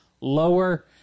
lower